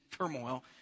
turmoil